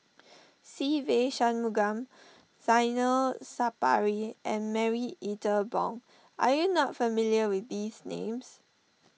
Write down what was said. Se Ve Shanmugam Zainal Sapari and Marie Ethel Bong are you not familiar with these names